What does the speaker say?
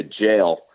jail